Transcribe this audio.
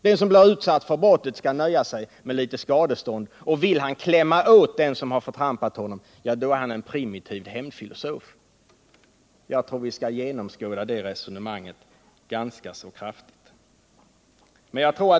Den som blivit utsatt för brottet skall nöja sig med ett litet skadestånd, och vill han komma åt den som har förtrampat honom, anses han vara en primitiv hämndfilosof. Jag tror att vi skall genomskåda det resonemanget ganska kraftigt.